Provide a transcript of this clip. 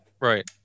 Right